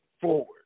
forward